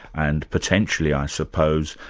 and potentially, i suppose,